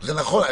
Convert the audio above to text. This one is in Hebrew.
זה נכון.